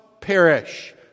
perish